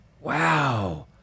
wow